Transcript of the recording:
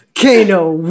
Kano